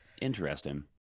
Interesting